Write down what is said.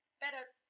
Better